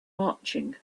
marching